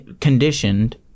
conditioned